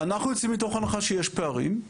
אנחנו יוצאים מתוך הנחה שיש פערים,